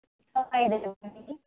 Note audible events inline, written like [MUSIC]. ఒక ఐదు [UNINTELLIGIBLE] ఇవ్వండి